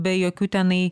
be jokių tenai